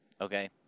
okay